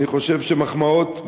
אני חושב שמחמאות,